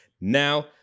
Now